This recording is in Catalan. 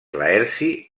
laerci